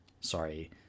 sorry